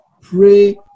pray